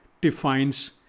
defines